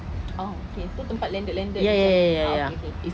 orh okay tu tempat landed landed nya tempat oh okay okay